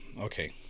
okay